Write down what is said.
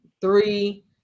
three